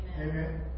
Amen